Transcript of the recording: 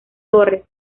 torres